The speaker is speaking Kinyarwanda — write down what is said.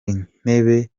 intebe